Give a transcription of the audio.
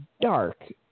dark